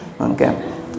Okay